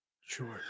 Sure